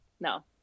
No